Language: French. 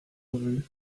revue